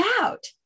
out